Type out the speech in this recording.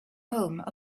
home